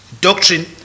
doctrine